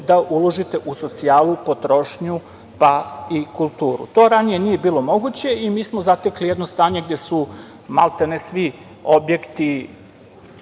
da uložite u socijalu, potrošnju, pa i kulturu. To ranije nije bilo moguće i mi smo zatekli jedno stanje gde su maltene svi objekti,